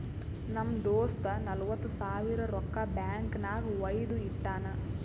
ನಮ್ ದೋಸ್ತ ನಲ್ವತ್ ಸಾವಿರ ರೊಕ್ಕಾ ಬ್ಯಾಂಕ್ ನಾಗ್ ವೈದು ಇಟ್ಟಾನ್